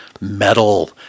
metal